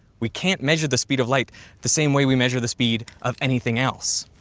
we can't measure the speed of light the same way we measure the speed of anything else.